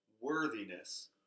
worthiness